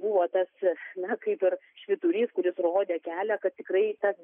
buvo tas na kaip ir švyturys kuris rodė kelią kad tikrai tas